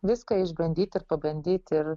viską išbandyt ir pabandyt ir